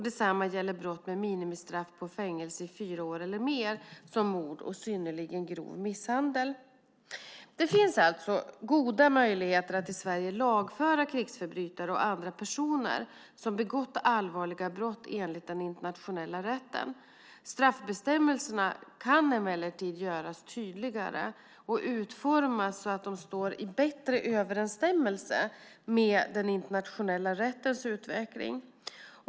Detsamma gäller brott med minimistraff på fängelse i fyra år eller mer, som mord och synnerligen grov misshandel. Det finns alltså goda möjligheter att i Sverige lagföra krigsförbrytare och andra personer som begått allvarliga brott enligt den internationella rätten. Straffbestämmelserna kan emellertid göras tydligare och utformas så att de står i bättre överensstämmelse med den internationella rättens utveckling.